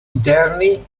interni